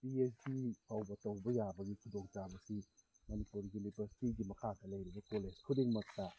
ꯄꯤ H D ꯐꯥꯎꯕ ꯇꯧꯕ ꯌꯥꯕꯒꯤ ꯈꯨꯗꯣꯡ ꯆꯥꯕꯁꯤ ꯃꯅꯤꯄꯨꯔ ꯌꯨꯅꯤꯕꯔꯁꯤꯇꯤꯒꯤ ꯃꯈꯥꯗ ꯂꯩꯔꯤꯕ ꯀꯣꯂꯦꯖ ꯈꯨꯗꯤꯡꯃꯛꯇ